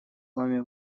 вами